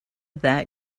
that